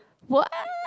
what